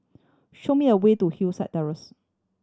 show me a way to Hillside Terrace